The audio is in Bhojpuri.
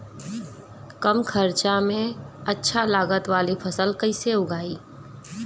कम खर्चा में अच्छा लागत वाली फसल कैसे उगाई?